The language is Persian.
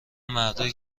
مردایی